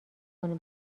کنیم